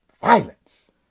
Violence